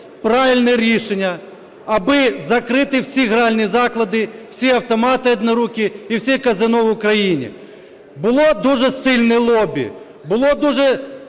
правильне рішення, аби закрити всі гральні заклади, всі автомати однорукі і всі казино в Україні. Було дуже сильне лобі. Був дуже